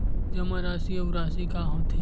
जमा राशि अउ राशि का होथे?